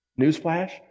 newsflash